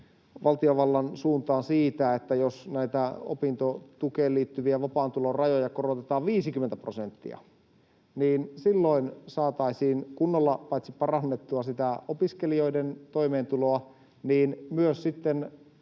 mustaa valkoisella siitä, että jos näitä opintotukeen liittyviä vapaan tulon rajoja korotetaan 50 prosenttia, niin silloin saataisiin kunnolla paitsi parannettua sitä opiskelijoiden toimeentuloa niin myös lisättyä